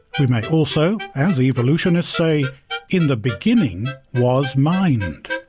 we may also, as evolutionists say in the beginning was mind.